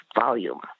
volume